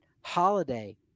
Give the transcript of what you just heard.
Holiday